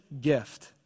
gift